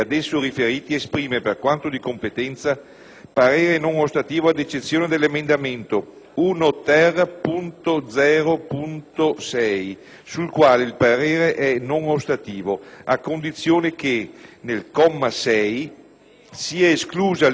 parere non ostativo, ad eccezione dell'emendamento l-*ter*.0.6, sul quale il parere è non ostativo, a condizione che, nel comma 6, sia esclusa l'individuazione degli organi regionali